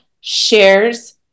shares